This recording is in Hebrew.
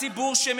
במה?